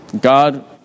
God